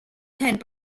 tent